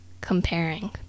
comparing